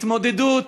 התמודדות,